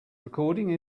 recording